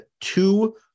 two